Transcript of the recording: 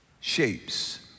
shapes